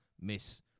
miss